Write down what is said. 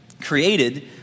created